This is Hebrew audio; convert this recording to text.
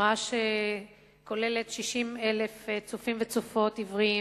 תנועה שכוללת 60,000 צופים וצופות עבריים